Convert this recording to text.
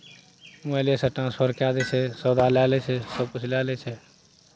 मोबाइलेसँ ट्रान्सफर कए दै छै सौदा लए लै छै सबकिछु लए लै छै